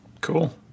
cool